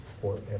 forever